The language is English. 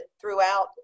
throughout